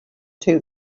two